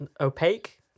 Opaque